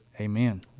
amen